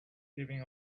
giving